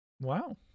Wow